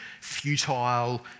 futile